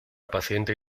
paciente